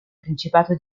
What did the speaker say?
principato